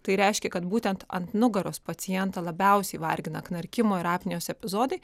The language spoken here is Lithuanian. tai reiškia kad būtent ant nugaros pacientą labiausiai vargina knarkimo ir apnėjos epizodai